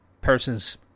Persons